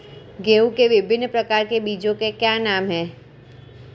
गेहूँ के विभिन्न प्रकार के बीजों के क्या नाम हैं?